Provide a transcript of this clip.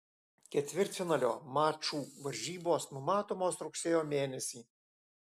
ketvirtfinalio mačų varžybos numatomos rugsėjo mėnesį